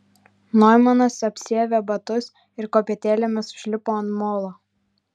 noimanas apsiavė batus ir kopėtėlėmis užlipo ant molo